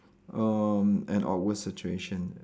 erm an awkward situation